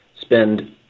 spend